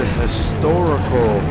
historical